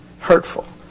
hurtful